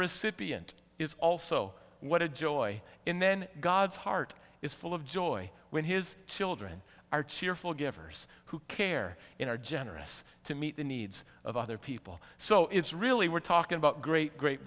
recipient is also what a joy in then god's heart is full of joy when his children are cheerful givers who care in our generous to meet the needs of other people so it's really we're talking about great great